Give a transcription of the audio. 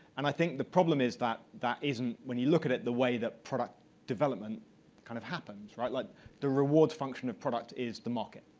and i think the problem is that that isn't when you look at at the way that product development kind of happens, like the rewards function of product is the market.